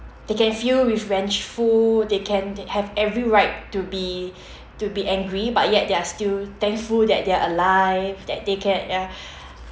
they can feel revengeful they can they have every right to be to be angry but yet they are still thankful that they're alive that they can ya